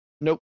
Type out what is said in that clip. Nope